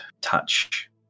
touch